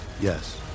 Yes